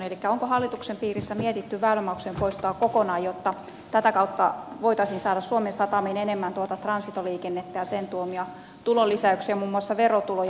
elikkä onko hallituksen piirissä mietitty väylämaksujen poistoa kokonaan jotta tätä kautta voitaisiin saada suomen satamiin enemmän transitoliikennettä ja sen tuomia tulonlisäyksiä muun muassa verotuloja